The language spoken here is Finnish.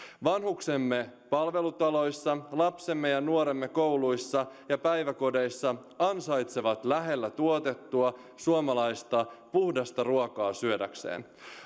vanhuksemme palvelutaloissa lapsemme ja nuoremme kouluissa ja päiväkodeissa ansaitsevat lähellä tuotettua suomalaista puhdasta ruokaa syödäkseen